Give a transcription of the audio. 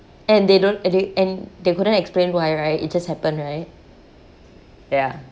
and they don't and they and they couldn't explain why right it just happened right ya